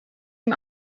ihm